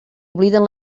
obliden